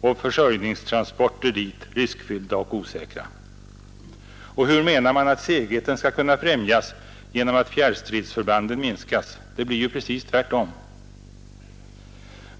och försörjningstransporter dit riskfyllda och osäkra. Och hur menar man att segheten skall kunna främjas genom att fjärrstridsförbanden minskas? Det blir ju precis tvärtom.